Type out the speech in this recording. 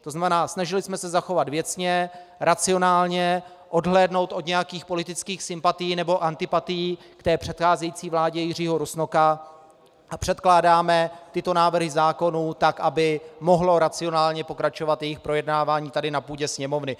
To znamená, snažili jsme se zachovat věcně, racionálně, odhlédnout od nějakých politických sympatií nebo antipatií k předcházející vládě Jiřího Rusnoka a předkládáme tyto návrhy zákonů tak, aby mohlo racionálně pokračovat jejich projednávání tady, na půdě Sněmovny.